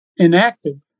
enacted